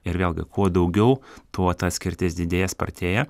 ir vėlgi kuo daugiau tuo ta atskirtis didėja spartėja